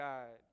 God